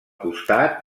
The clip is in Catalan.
costat